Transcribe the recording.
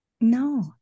No